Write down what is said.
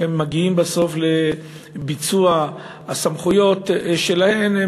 כשהן מגיעות בסוף לביצוע הסמכויות שלהן,